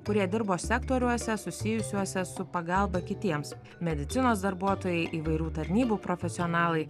kurie dirbo sektoriuose susijusiuose su pagalba kitiems medicinos darbuotojai įvairių tarnybų profesionalai